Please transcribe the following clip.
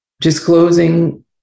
disclosing